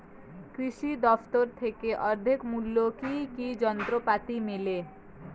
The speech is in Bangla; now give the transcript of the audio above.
কৃষি দফতর থেকে অর্ধেক মূল্য কি কি যন্ত্রপাতি মেলে?